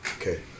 okay